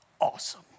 Awesome